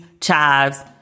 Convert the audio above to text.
chives